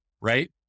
right